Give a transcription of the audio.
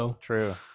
True